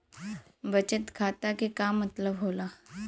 बचत खाता के का मतलब होला?